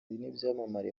n’ibyamamare